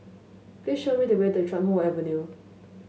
please show me the way to Chuan Hoe Avenue